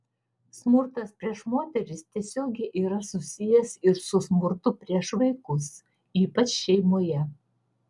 smurtas prieš moteris tiesiogiai yra susijęs ir su smurtu prieš vaikus ypač šeimoje